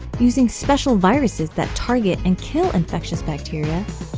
using special viruses that target and kill infectious bacteria,